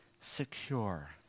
secure